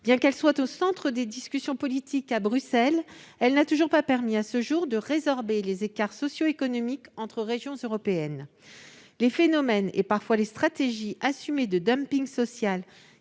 Bien qu'elle soit au centre des discussions politiques à Bruxelles, elle n'a toujours pas permis à ce jour de résorber les écarts socio-économiques entre régions européennes. Les phénomènes, pour ne pas dire les stratégies assumées, de dumping social